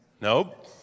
Nope